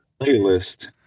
playlist